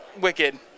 Wicked